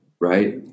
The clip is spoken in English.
right